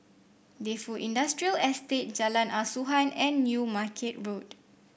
Defu Industrial Estate Jalan Asuhan and New Market Road